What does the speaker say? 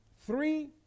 three